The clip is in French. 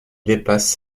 dépasse